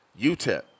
UTEP